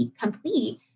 complete